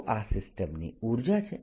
તો આ સિસ્ટમની ઉર્જા છે